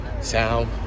sound